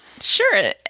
Sure